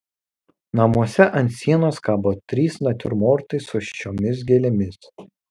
namuose ant sienos kabo trys natiurmortai su šiomis gėlėmis